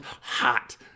hot